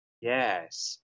Yes